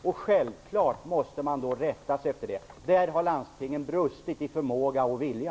Då måste man självfallet rätta sig efter det. Landstingen har brustit i förmåga och vilja.